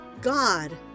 God